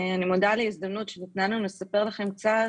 אני מודה על ההזדמנות שניתנה לנו לספר לכם קצת